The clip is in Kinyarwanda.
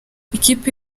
ikipe